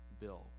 bill